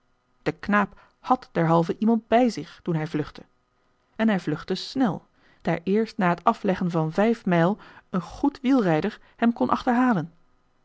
de knaap had derhalve iemand bij zich toen hij vluchtte en hij vluchtte snel daar eerst na het afleggen van vijf mijl een goed wielrijder hem kon achterhalen